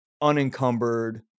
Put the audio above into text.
unencumbered